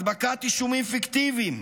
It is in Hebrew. הדבקת אישומים פיקטיביים,